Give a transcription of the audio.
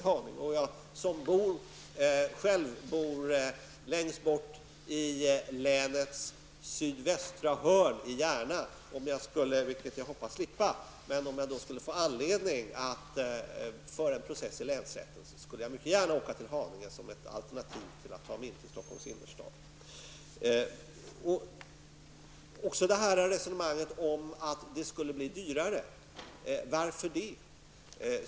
Jag bor själv längst bort i länets sydvästra hörn, i Järna. Om jag skulle få anledning -- vilket jag hoppas slippa -- att föra en process i länsrätten skulle jag mycket gärna åka till Haninge som ett alternativ i stället för att ta mig in till Stockholms innerstad. Varför skulle det här bli dyrare?